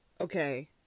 okay